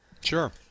Sure